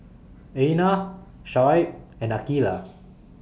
Aina Shoaib and Aqeelah